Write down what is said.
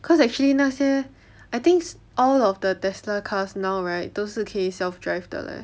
cause actually 那些 I think all of the tesla cars now right 都是可以 self drive 的 leh